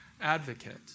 advocate